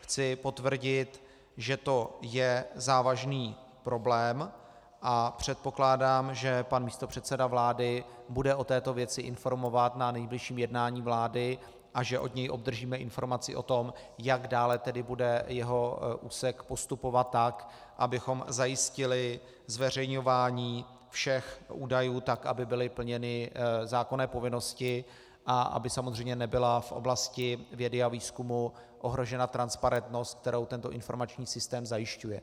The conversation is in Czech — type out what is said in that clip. Chci potvrdit, že to je závažný problém, a předpokládám, že pan místopředseda vlády bude o této věci informovat na nejbližším jednání vlády a že od něj obdržíme informaci o tom, jak dále bude jeho úsek postupovat, tak abychom zajistili zveřejňování všech údajů tak, aby byly plněny zákonné povinnosti a aby samozřejmě nebyla v oblasti vědy a výzkumu ohrožena transparentnost, kterou tento informační systém zajišťuje.